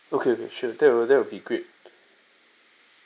okay sure that'll that'll be great